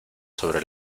sobre